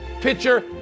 pitcher